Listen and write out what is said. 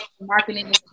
marketing